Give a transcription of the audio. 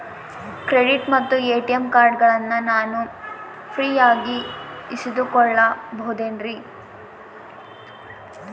Credit ಮತ್ತ ATM ಕಾರ್ಡಗಳನ್ನ ನಾನು ಫ್ರೇಯಾಗಿ ಇಸಿದುಕೊಳ್ಳಬಹುದೇನ್ರಿ?